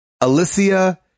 Alicia